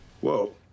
whoa